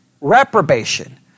reprobation